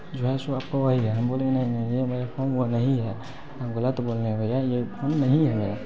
जो है सो आपको वही है हम बोले नहीं नहीं ये मेरा फ़ोन वो नहीं है आप गलत बोल रहे हैं भैया ये फ़ोन नहीं है मेरा